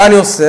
מה אני עושה?